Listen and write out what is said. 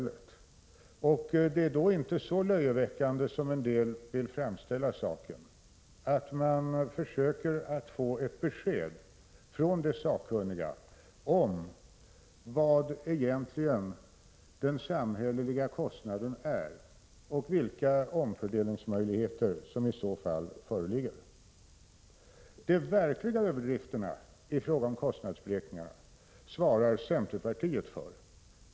Det är mot den bakgrunden inte så löjeväckande som en del vill framställa saken att man försöker att få ett besked från de sakkunniga om vad statens kostnad egentligen är och vilka omfördelningsmöjligheter som i så fall föreligger. De största överdrifterna i fråga om kostnadsberäkningarna svarar centerpartiet för.